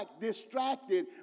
distracted